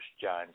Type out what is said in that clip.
John